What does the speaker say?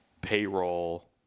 payroll